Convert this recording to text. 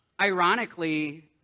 ironically